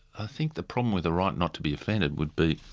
i think the problem with the right not to be offended would be,